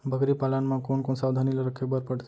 बकरी पालन म कोन कोन सावधानी ल रखे बर पढ़थे?